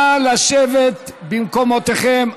נא לשבת במקומותיכם.